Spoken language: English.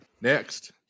next